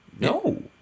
No